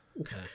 Okay